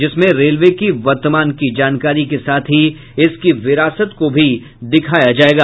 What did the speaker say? जिसमें रेलवे की वर्तमान की जानकारी के साथ ही इसकी विरासत को दिखाया जायेगा